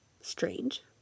Strange